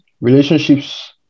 relationships